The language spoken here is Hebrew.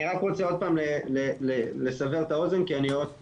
אני רוצה עוד פעם לסבר את האוזן כי בין